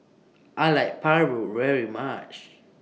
I like Paru very much